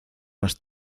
más